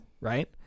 right